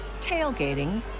tailgating